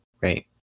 Right